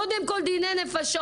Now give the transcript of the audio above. זה קודם כול דיני נפשות,